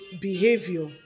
behavior